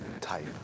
type